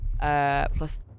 plus